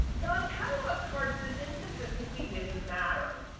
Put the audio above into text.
and, on catalog cards, this inconsistency didn't matter.